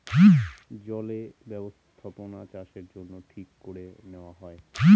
জলে বস্থাপনাচাষের জন্য ঠিক করে নেওয়া হয়